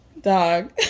dog